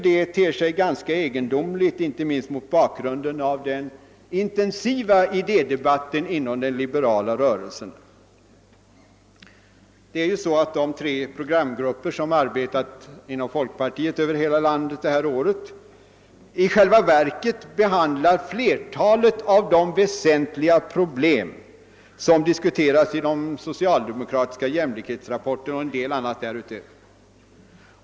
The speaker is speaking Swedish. Det ter sig ganska egendomligt inte minst mot bakgrund av den intensiva idédebatten inom den liberala rörelsen. Tre programgrupper har under året arbetat inom folkpartiet över hela landet. Där behandlas flertalet av de väsentliga problem som diskuteras i den socialdemokratiska jämlikhetsrapporten, och en hel del annat därutöver.